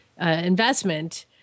investment